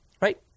right